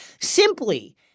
Simply